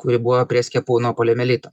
kuri buvo prie skiepų nuo poliomielito